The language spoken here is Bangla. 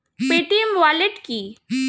পেটিএম ওয়ালেট কি?